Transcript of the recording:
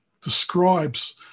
describes